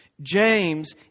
James